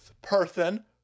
person